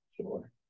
Sure